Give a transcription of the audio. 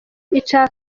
icya